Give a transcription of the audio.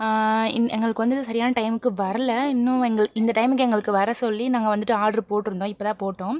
எங் எங்களுக்கு வந்து அது சரியான டைமுக்கு வரல இன்னும் எங்கள் இந்த டைமுக்கு எங்களுக்கு வர சொல்லி நாங்கள் வந்துட்டு ஆர்டரு போட்டுருந்தோம் இப்போ தான் போட்டோம்